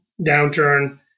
downturn